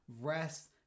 rest